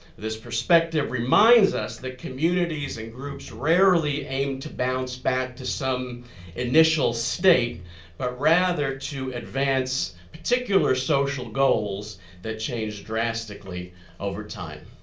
this perspective reminds us that communities and groups rarely aim to bounce back to some initial state but rather to advance particular social goals that changed drastically over time.